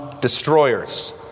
destroyers